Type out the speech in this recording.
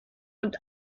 und